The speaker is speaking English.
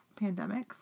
Pandemics